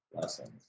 lessons